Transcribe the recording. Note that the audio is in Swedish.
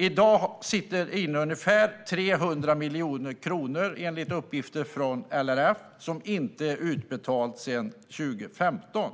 I dag sitter EU med ungefär 300 miljoner kronor, enligt uppgift från LRF, som inte är utbetalt för 2015